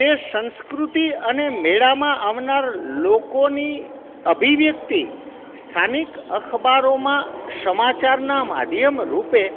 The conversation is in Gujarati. તે સંસ્કૃતિ અને મેળામાં આવનાર લોકોની અભિવ્યક્તિ સ્થાનિક અખબારોમાં સમાચારના માધ્યમરૂપે